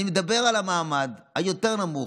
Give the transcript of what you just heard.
אני מדבר על המעמד היותר-נמוך,